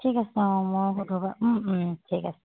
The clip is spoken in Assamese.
ঠিক আছে অঁ অঁ মই সোধোঁ এবাৰ ঠিক আছে